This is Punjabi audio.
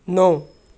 ਨੌ